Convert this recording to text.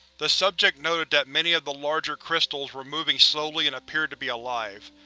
the subject noted that many of the larger crystals were moving slowly and appeared to be alive.